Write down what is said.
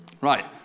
Right